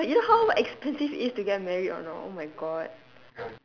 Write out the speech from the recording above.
you know how expensive it is to get married or not oh my god